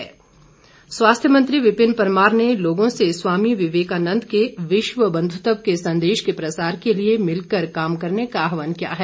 विपिन परमार स्वास्थ्य मंत्री विपिन परमार ने लोगों से स्वामी विवेकानंद के विश्व बंधुत्व के संदेश के प्रसार के लिए भिलकर काम करने का आहवान किया है